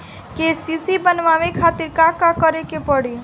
KCC बनवावे खातिर का करे के पड़ी?